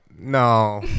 No